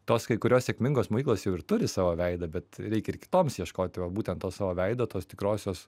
tos kai kurios sėkmingos mokyklos jau ir turi savo veidą bet reikia ir kitoms ieškoti galbūt ten to savo veido tos tikrosios